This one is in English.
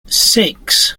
six